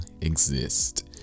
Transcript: exist